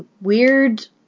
weird